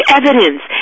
evidence